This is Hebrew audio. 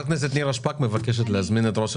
בואו תסבירו לנו מה היעדים שלכם לשוק השכירות המוסדית ארוכת